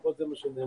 לפחות זה מה שנאמר.